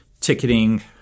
ticketing